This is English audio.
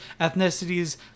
ethnicities